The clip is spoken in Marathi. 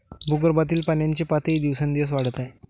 भूगर्भातील पाण्याची पातळी दिवसेंदिवस वाढत आहे